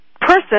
person